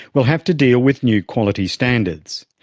will have to deal with new quality standards.